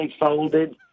folded